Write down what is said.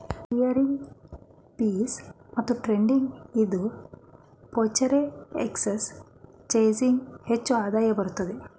clearing fees ಮತ್ತು trading ಇಂದ ಫ್ಯೂಚರೆ ಎಕ್ಸ್ ಚೇಂಜಿಂಗ್ ಹೆಚ್ಚು ಆದಾಯ ಬರುತ್ತದೆ